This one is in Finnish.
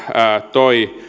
toivat